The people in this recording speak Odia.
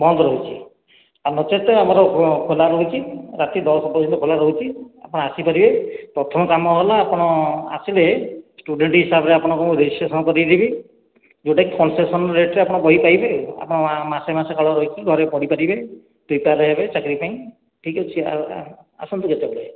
ବନ୍ଦ ରହୁଛି ଆଉ ନଚେତ ଆମର ଖୋଲା ରହୁଛି ରାତି ଦଶ ପର୍ଯ୍ୟନ୍ତ ଖୋଲା ରହୁଛି ଆପଣ ଆସିପାରିବେ ପ୍ରଥମ କାମ ହେଲା ଆପଣ ଆସିଲେ ଷ୍ଟୁଡେଣ୍ଟ ହିସାବରେ ଆପଣଙ୍କୁ ରେଜିଷ୍ଟ୍ରେସନ କରେଇଦେବି ଯେଉଁଟାକି କନସେସନ ରେଟ୍ ରେ ଆପଣ ବହି ପାଇବେ ଆପଣ ମାସେ ମାସେ ଘରେ ରହିକି ଘରେ ପଢ଼ି ପାରିବେ ପ୍ରିପେୟାର ହେବେ ଚାକିରୀ ପାଇଁ ଠିକ୍ ଅଛି ଆସନ୍ତୁ ଯେତେବେଳେ